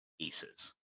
pieces